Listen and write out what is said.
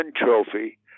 Trophy